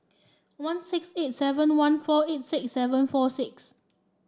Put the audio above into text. one six eight seven one four eight seven four six